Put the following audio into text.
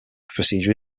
procedure